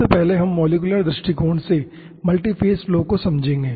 सबसे पहले हम मॉलिक्यूलर दृष्टिकोण से मल्टीफेज फ्लो को समझेंगे